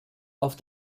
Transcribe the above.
auf